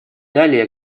далее